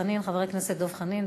חבר הכנסת דב חנין,